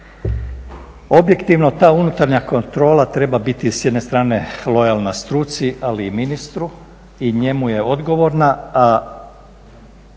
Objektivno ta unutarnja kontrola treba biti s jedne strane lojalna struci ali i ministru i njemu je odgovorna, a